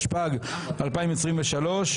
התשפ"ג-2023.